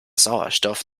sauerstoff